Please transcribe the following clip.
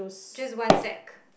just one sack